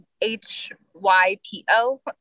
H-Y-P-O